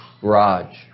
garage